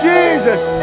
Jesus